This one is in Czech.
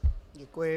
Děkuji.